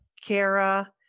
Kara